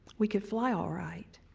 we could fly all right,